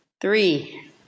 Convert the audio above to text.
three